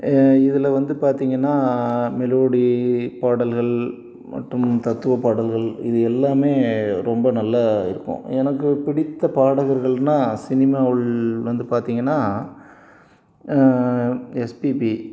இதில் வந்து பார்த்திங்கன்னா மெலோடி பாடல்கள் மற்றும் தத்துவப் பாடல்கள் இது எல்லாம் ரொம்ப நல்லா இருக்கும் எனக்கு பிடித்த பாடகர்கள்னா சினிமாவில் வந்து பார்த்திங்கன்னா எஸ் பி பி